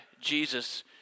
Jesus